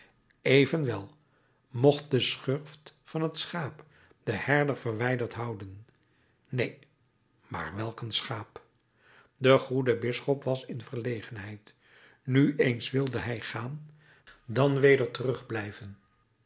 evenwel mocht de schurft van het schaap den herder verwijderd houden neen maar welk een schaap de goede bisschop was in verlegenheid nu eens wilde hij gaan dan weder